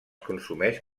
consumeix